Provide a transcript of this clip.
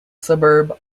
suburb